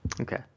Okay